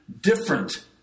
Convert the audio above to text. different